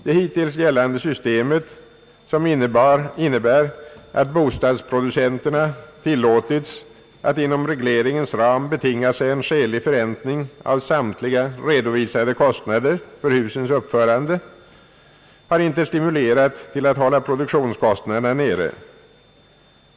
Det hittills gällande systemet, som innebär att bostadsproducenterna tillåtits att inom regleringens ram betinga sig en skälig förräntning av samtliga redovisade kostnader för husens uppförande, har inte stimulerat till att hålla produktionskostnaderna nere.